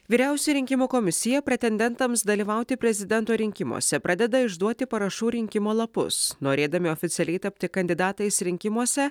vyriausioji rinkimų komisija pretendentams dalyvauti prezidento rinkimuose pradeda išduoti parašų rinkimo lapus norėdami oficialiai tapti kandidatais rinkimuose